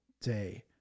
day